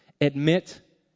admit